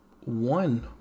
one